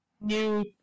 new